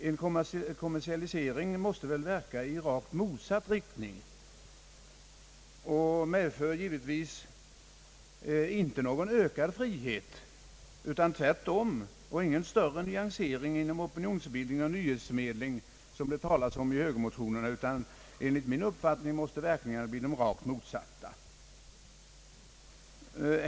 En kommersialisering måste väl verka i rakt motsatt riktning och medför givetvis inte någon ökad frihet, utan tvärtom, och inte någon större nyansering inom opinionsbildning och nyhetsförmedling — som det talas om i högermotionerna — utan verkningarna kommer enligt min uppfattning att bli de rakt motsatta.